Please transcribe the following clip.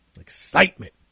Excitement